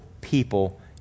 people